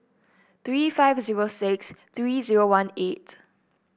three five zero six three zero one eight